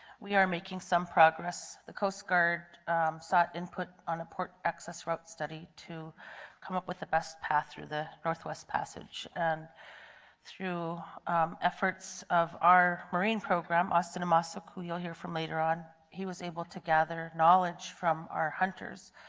we are making some progress, the coast guard sought input on import access reps study to come up with the best path through the northwest passage. and through efforts of our marine program, austin, um ah so who you will hear from later on, he was able to gather knowledge from the hunters.